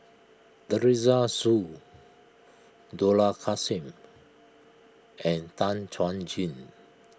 Teresa Hsu Dollah Kassim and Tan Chuan Jin